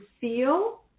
feel